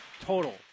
total